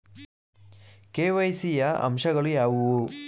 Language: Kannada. ಕೆ.ವೈ.ಸಿ ಯ ಅಂಶಗಳು ಯಾವುವು?